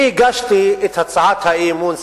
אני הגשתי את הצעת האי-אמון,